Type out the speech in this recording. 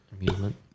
amusement